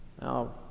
Now